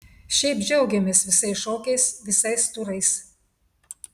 šiaip džiaugiamės visais šokiais visais turais